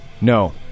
No